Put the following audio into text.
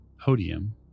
podium